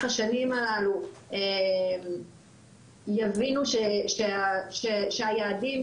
השנים הללו יבינו שצריך לשנות את היעדים,